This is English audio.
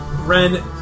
Ren